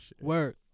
Work